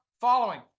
following